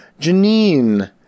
Janine